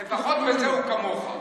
לפחות בזה הוא כמוך.